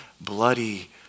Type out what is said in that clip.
bloody